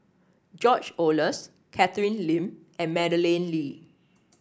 George Oehlers Catherine Lim and Madeleine Lee